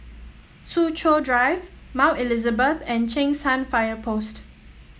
Soo Chow Drive Mount Elizabeth and Cheng San Fire Post